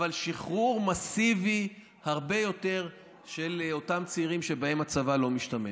אבל שחרור מסיבי הרבה יותר של אותם צעירים שבהם הצבא לא משתמש.